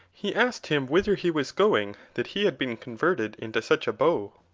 he asked him whither he was going that he had been converted into such a beau